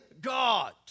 God